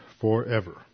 forever